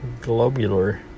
globular